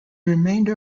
remainder